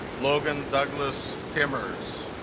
logan douglas timor's